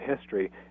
history